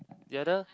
the other